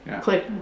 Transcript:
click